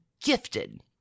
gifted